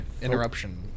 interruption